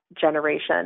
generation